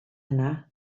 yna